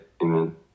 amen